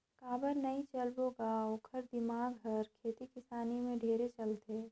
काबर नई चलबो ग ओखर दिमाक हर खेती किसानी में ढेरे चलथे